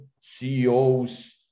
CEOs